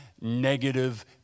negative